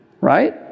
Right